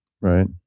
right